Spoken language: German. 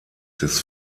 des